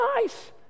nice